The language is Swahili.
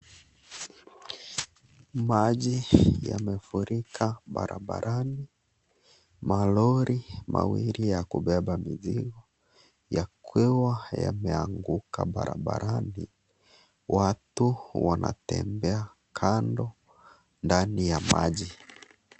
Maji yamefurika barabarani, malori mawili ya kubeba mizigo yakiwa yameanguka barabarani, watu wanatembea kando ndani ya maji.